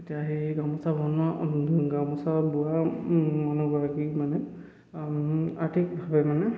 এতিয়া সেই গামোচা বনোৱা গামোচা বোৱা মানুহগৰাকী মানে আৰ্থিকভাৱে মানে